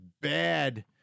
bad